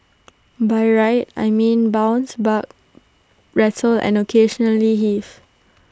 by ride I mean bounce buck rattle and occasionally heave